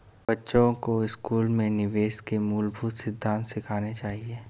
बच्चों को स्कूल में निवेश के मूलभूत सिद्धांत सिखाने चाहिए